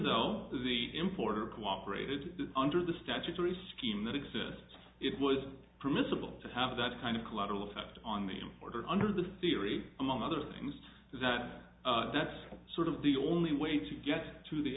though the importer cooperated under the statutory scheme that exists it was permissible to have that kind of collateral effect on the order under the theory among other things that that's sort of the only way to get to the